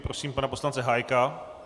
Prosím pana poslance Hájka.